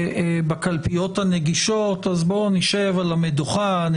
בקלפיות הנגישות אז בואו נשב על המדוכה,